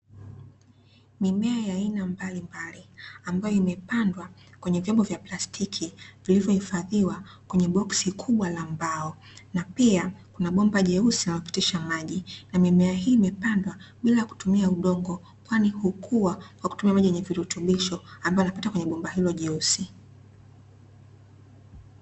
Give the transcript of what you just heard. Mimea ya aina mbalimbali, ambayo imepandwa kwenye vyombo vya plastiki vilivyohifadhiwa kwenye boksi kubwa la mbao, na pia kuna bomba jeusi linalopitisha maji. Mimea hii imepandwa bila kutumia udongo, kwani hukua kwa kutumia maji yenye virutubisho ambayo yanapita kwenye bomba hilo jeusi.